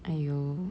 !aiyo!